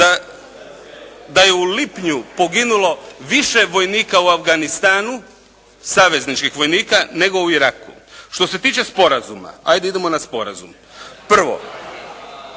da je u lipnju poginulo više vojnika u Afganistanu, savezničkih vojnika, nego u Iraku. Što se tiče sporazuma, ajde idemo na sporazum. Prvo,